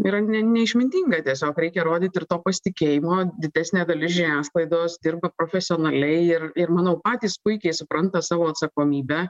yra ne neišmintinga tiesiog reikia rodyt ir to pasitikėjimo didesnė dalis žiniasklaidos dirba profesionaliai ir ir manau patys puikiai supranta savo atsakomybę